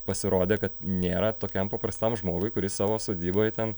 pasirodė kad nėra tokiam paprastam žmogui kuris savo sodyboj ten